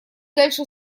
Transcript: дальше